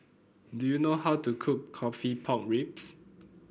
do you know how to cook coffee Pork Ribs